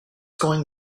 going